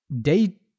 day